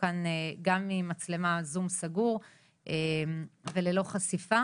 כאן גם עם מצלמת זום סגור וללא חשיבה